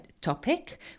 topic